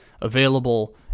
available